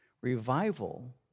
Revival